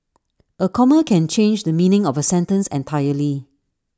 A comma can change the meaning of A sentence entirely